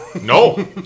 No